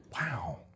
wow